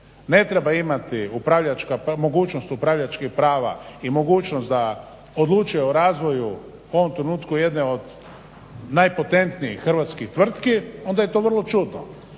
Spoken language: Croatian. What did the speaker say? ne treba imati mogućnost upravljačkih prava i mogućnost da odlučuje o razvoju u ovom trenutku jedne od najpotentnijih hrvatskih tvrtki onda je to vrlo čudno.